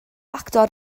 actor